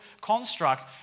construct